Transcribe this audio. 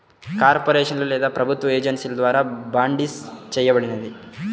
కార్పొరేషన్లు లేదా ప్రభుత్వ ఏజెన్సీల ద్వారా బాండ్సిస్ చేయబడినవి